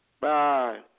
Bye